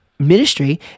Ministry